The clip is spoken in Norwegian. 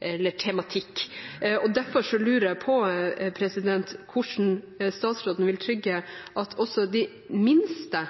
tematikk. Derfor lurer jeg på hvordan statsråden vil trygge at også de minste